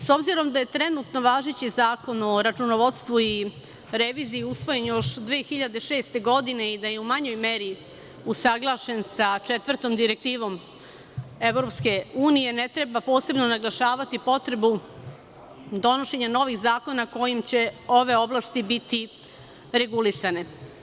S obzirom da je trenutno važeći Zakon o računovodstvu i reviziji usvojen još 2006. godine i da je u manjoj meri usaglašen sa Četvrtom direktivom EU, ne treba posebno naglašavati potrebu donošenja novih zakona kojim će ove oblasti biti regulisane.